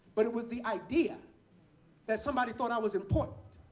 but it was the idea that somebody thought i was important.